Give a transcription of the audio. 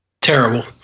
Terrible